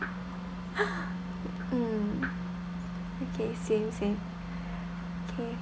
mm okay same same okay